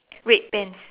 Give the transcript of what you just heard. red pants